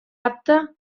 apte